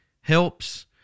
helps